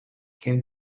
can